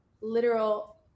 literal